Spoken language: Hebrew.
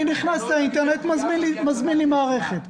אני נכנס לאינטרנט ומזמין לי מערכת.